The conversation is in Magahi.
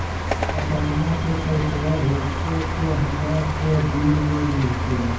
पटनमा से पैसबा भेजते तो हमारा को दिन मे मिलते?